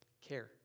care